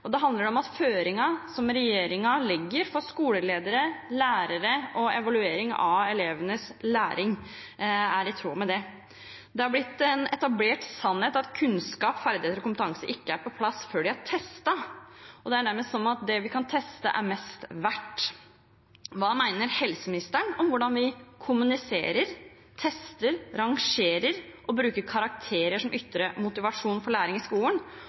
handler det om at den føringen som regjeringen legger for skoleledere, lærere og evalueringen av elevenes læring, er i tråd med det. Det har blitt en etablert sannhet at kunnskap, ferdigheter og kompetanse ikke er på plass før de er testet, og det er nærmest som om det vi kan teste, er mest verdt. Hva mener helseministeren om hvordan vi kommuniserer, tester, rangerer og bruker karakterer som ytre motivasjon for læring i skolen,